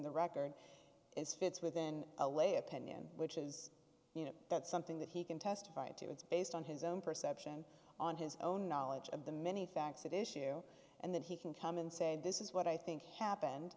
the record is fits within a lay opinion which is you know that's something that he can testify to it's based on his own perception on his own knowledge of the many facts that issue and then he can come and say this is what i think happened